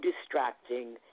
distracting